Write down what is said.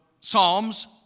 Psalms